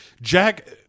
Jack